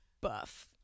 Buff